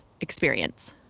experience